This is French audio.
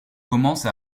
commence